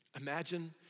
Imagine